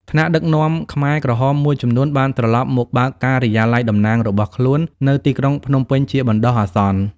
ថ្នាក់ដឹកនាំខ្មែរក្រហមមួយចំនួនបានត្រឡប់មកបើកការិយាល័យតំណាងរបស់ខ្លួននៅទីក្រុងភ្នំពេញជាបណ្ដោះអាសន្ន។